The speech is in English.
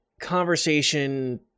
conversation